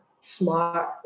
smart